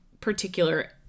particular